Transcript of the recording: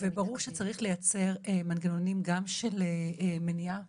וברור שצריך לייצר מנגנונים גם של מניעה